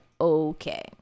okay